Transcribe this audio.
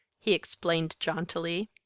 he explained jauntily.